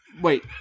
Wait